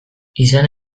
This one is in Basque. izan